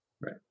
Right